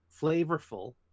flavorful